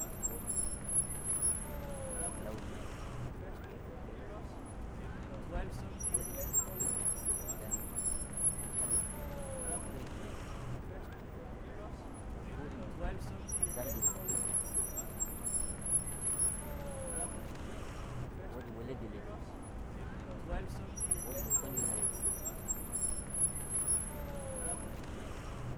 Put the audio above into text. Wodi launi fere fere fere, wodi bodejum, won danejum, won balejum, won turi turijum, won shudijum zarginajum kenan, wodi bi leddi leddi jum, wodi bo shondi nareje jum.